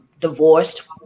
divorced